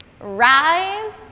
Rise